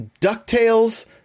DuckTales